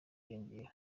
yiyongera